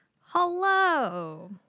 Hello